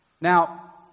Now